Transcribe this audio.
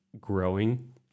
growing